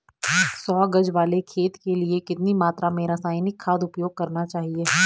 सौ गज वाले खेत के लिए कितनी मात्रा में रासायनिक खाद उपयोग करना चाहिए?